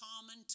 common